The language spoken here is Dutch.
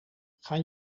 gaan